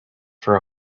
for